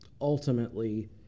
ultimately